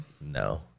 no